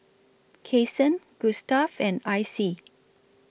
Kasen Gustav and Icy